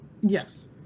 Yes